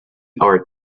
are